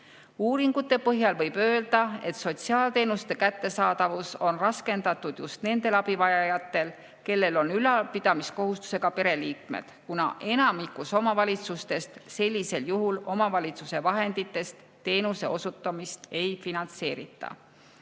"Uuringute põhjal võib öelda, et sotsiaalteenuste kättesaadavus on raskendatud just nendel abivajajatel, kellel on ülalpidamiskohustusega pereliikmeid, kuna enamikus omavalitsustes sellisel juhul omavalitsuse vahenditest teenuse osutamist ei finantseerita.